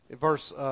verse